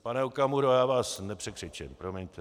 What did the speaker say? Pane Okamuro, já vás nepřekřičím, promiňte.